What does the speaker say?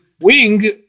wing